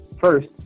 first